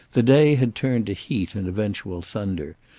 the day had turned to heat and eventual thunder,